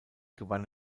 gewann